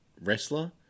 wrestler